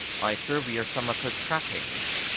ay, sir we are some of her trappings.